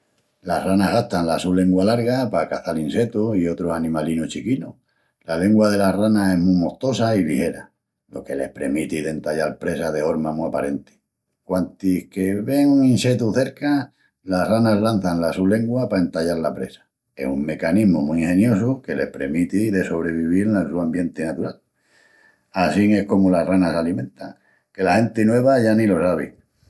Las ranas gastan la su lengua larga pa caçal insetus i otrus animalinus chiquinus. La lengua delas ranas es mu mostosa i ligera, lo que les premiti d'entallal presas de horma mu aparenti. Quantis que ven un insetu cerca, las ranas lançan la su lengua pa entallal la presa. Es un mecanismu mu ingeniosu que les premiti de sobrevivil nel su ambienti natural. Assín es comu las ranas s'alimentan, que la genti nueva ya ni lo sabi.